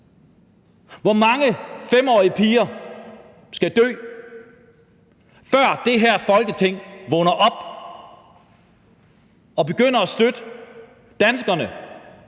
Hvor mange 5-årige piger skal dø, før det her Folketing vågner op og begynder at støtte danskerne